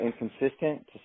inconsistent